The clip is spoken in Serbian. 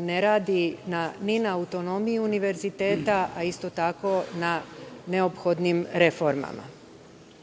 ne radi ni na autonomiji univerziteta, a isto tako na neophodnim reformama. Prvo